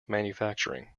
manufacturing